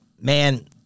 Man